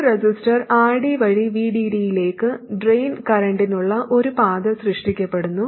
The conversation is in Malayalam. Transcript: ഒരു റെസിസ്റ്റർ RD വഴി VDD യിലേക്ക് ഡ്രെയിൻ കറന്റിനുള്ള ഒരു പാത സൃഷ്ടിക്കപ്പെടുന്നു